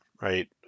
right